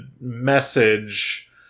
message